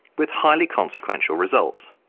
with highly consequential results.